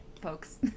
folks